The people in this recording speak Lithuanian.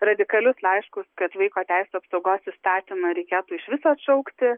radikalius laiškus kad vaiko teisių apsaugos įstatymą reikėtų išvis atšaukti